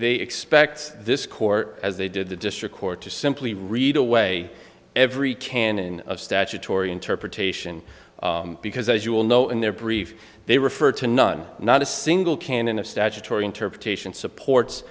they expect this court as they did the district court to simply read away every canon of statutory interpretation because as you will know in their brief they refer to none not a single canon of statutory interpretation supports